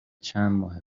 چندماه